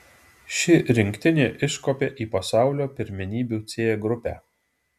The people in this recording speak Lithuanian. ši rinktinė iškopė į pasaulio pirmenybių c grupę